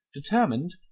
determined,